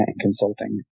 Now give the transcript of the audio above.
consulting